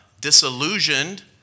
disillusioned